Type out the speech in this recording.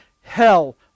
hell